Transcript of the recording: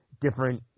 different